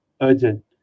urgent